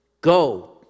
go